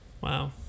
Wow